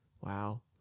wow